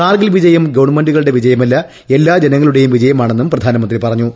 കാർഗിൽ വിജയം ഗവൺമെന്റുകളുടെ വിജയമല്ല എല്ലാ ജനങ്ങളുടെ വിജയമാണെന്നും പ്രധാനമന്ത്രി പറഞ്ഞു